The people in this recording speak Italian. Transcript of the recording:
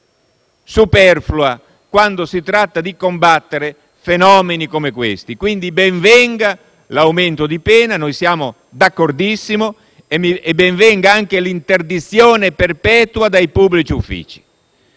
è superflua quando si tratta di combattere fenomeni come questi, quindi ben venga l'aumento di pena, noi siamo d'accordissimo, e anche l'interdizione perpetua dai pubblici uffici.